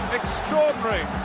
extraordinary